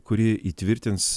kuri įtvirtins